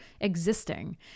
existing